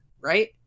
right